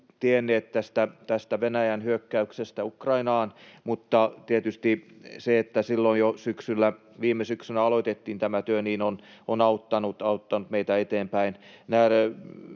tienneet tästä Venäjän hyökkäyksestä Ukrainaan, mutta tietysti se, että silloin jo viime syksynä aloitettiin tämä työ, on auttanut meitä eteenpäin.